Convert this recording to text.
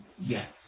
Yes